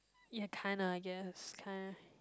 ya kind ah I guess kind